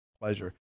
pleasure